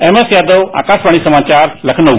MS Yadav Akashvani समाचार लखनऊ